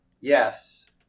Yes